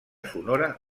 sonora